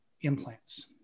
implants